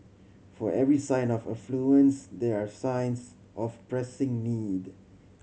for every sign of affluence there are signs of pressing need